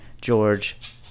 George